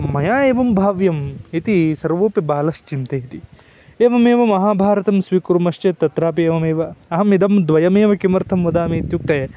मया एवं भाव्यम् इति सर्वेपि बालाश्चिन्तयन्ति एवमेव महाभारतं स्वीकुर्मश्चेत् तत्रापि एवमेव अहम् इदं द्वयमेव किमर्थं वदामि इत्युक्ते